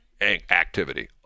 activity